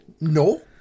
No